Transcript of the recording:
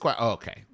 okay